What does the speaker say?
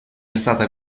stata